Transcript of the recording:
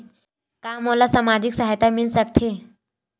का मोला सामाजिक सहायता मिल सकथे?